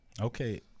Okay